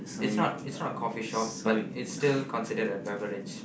it's not it's not a coffee shop but it's still considered as a beverage